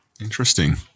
Interesting